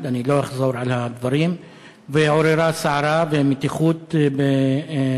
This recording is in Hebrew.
אנחנו עוברים לשאילתה האחרונה לשר לביטחון פנים,